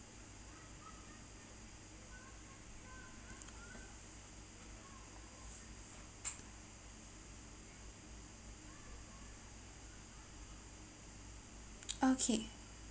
okay